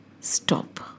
stop